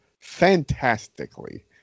fantastically